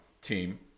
team